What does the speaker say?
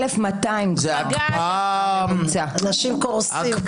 1,200. אנשים קורסים.